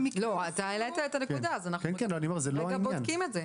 אתה העלית את הנקודה אז אנחנו בודקים את זה.